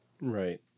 Right